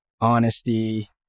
honesty